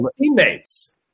teammates